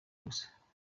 gusa